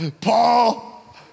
Paul